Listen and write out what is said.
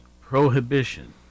prohibition